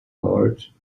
large